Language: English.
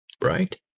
right